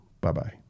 Bye-bye